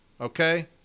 Okay